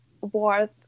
worth